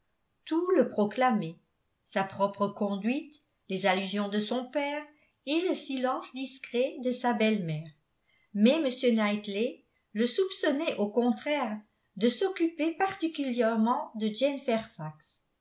tout le proclamait sa propre conduite les allusions de son père et le silence discret de sa belle-mère mais m knightley le soupçonnait au contraire de s'occuper particulièrement de jane